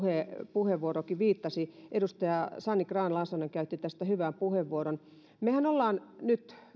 puheenvuorokin viittasi edustaja sanni grahn laasonen käytti tästä hyvän puheenvuoron mehän olemme nyt